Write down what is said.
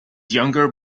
younger